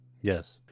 yes